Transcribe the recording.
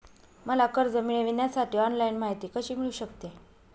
मला कर्ज मिळविण्यासाठी ऑनलाइन माहिती कशी मिळू शकते?